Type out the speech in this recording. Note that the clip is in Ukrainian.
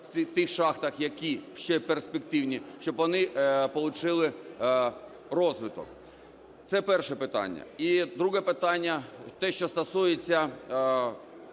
тих шахтах, які ще перспективні, щоб вони отримали розвиток. Це перше питання. І друге питання - те, що стосується